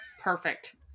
perfect